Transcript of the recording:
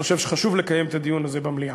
אני חושב שחשוב לקיים את הדיון הזה במליאה.